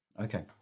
Okay